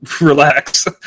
relax